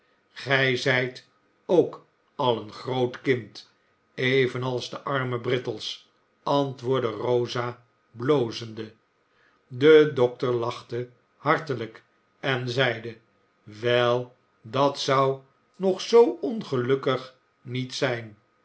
gij zijt ook al een groot kind evenals de arme brittles antwoorde rosa blozende de dokter lachte hartelijk en zeide wel dat zou nog zoo ongelukkig niet zijn